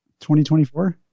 2024